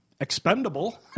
expendable